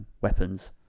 Weapons